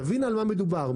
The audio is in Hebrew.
תבין על מה מדובר.